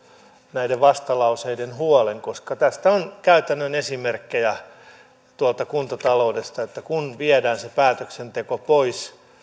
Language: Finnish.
näiden vastalauseiden huolen koska tästä on käytännön esimerkkejä kuntataloudesta että kun viedään se päätöksenteko pois